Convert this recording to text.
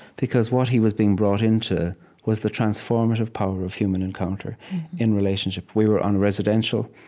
because what he was being brought into was the transformative power of human encounter in relationship we were un-residential,